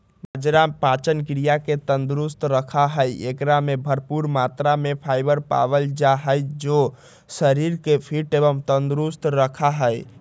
बाजरा पाचन क्रिया के तंदुरुस्त रखा हई, एकरा में भरपूर मात्रा में फाइबर पावल जा हई जो शरीर के फिट एवं तंदुरुस्त रखा हई